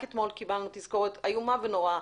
רק אתמול קיבלנו תזכורת איומה ונוראה,